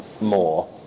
more